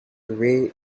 way